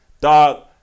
Dog